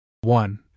one